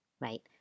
right